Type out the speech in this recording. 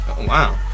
wow